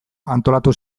antolatu